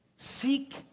Seek